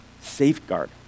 safeguard